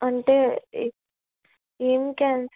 అంటే ఏం క్యాన్